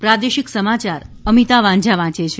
પ્રાદેશિક સમાચાર અમિતા વાંઝા વાંચે છે